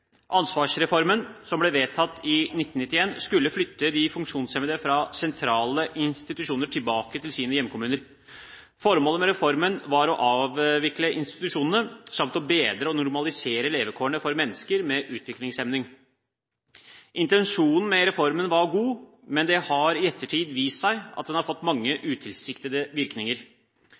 Ansvarsreformen, som ble vedtatt i 1991, skulle flytte de funksjonshemmede fra sentrale institusjoner tilbake til sine hjemkommuner. Formålet med reformen var å avvikle institusjonene samt å bedre og normalisere levekårene for mennesker med utviklingshemning. Intensjonen med reformen var god, men det har i ettertid vist seg at den har fått mange utilsiktede virkninger.